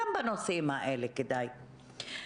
גם בנושאים האלה כדאי להתייעץ.